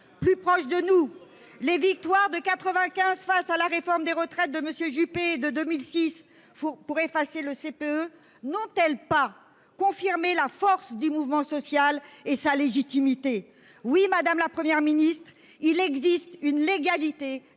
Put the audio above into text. plus proche de nous, les victoires de 95 face à la réforme des retraites de monsieur Juppé de 2006. Faut pour effacer le CPE n'ont-elles pas confirmé la force du mouvement social et sa légitimité. Oui madame, la Première ministre. Il existe une légalité